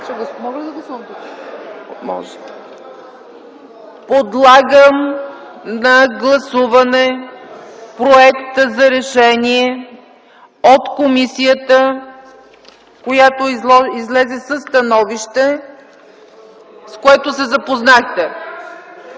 сме. Който чул, чул. Подлагам на гласуване проекта за решение от комисията, която излезе със становище, с което се запознахте.